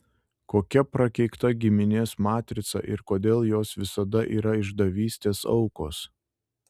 kokia prakeikta giminės matrica ir kodėl jos visada yra išdavystės aukos